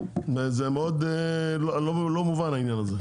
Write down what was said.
מאוד לא מובן העניין הזה.